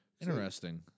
Interesting